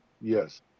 yes